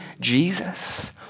Jesus